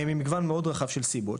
ממגוון מאוד רחב של סיבות,